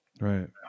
right